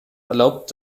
erlaubt